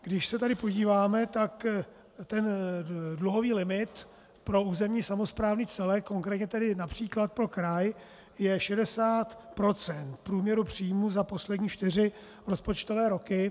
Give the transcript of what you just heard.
Když se tady podíváme, tak ten dluhový limit pro územně samosprávný celek, konkrétně tedy například pro kraj, je 60 % v průměru příjmů za poslední čtyři rozpočtové roky.